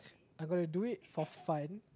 I gotta do it for fun